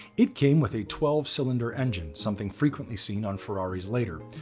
it came with a twelve cylinder engine, something frequently seen on ferrari's. later,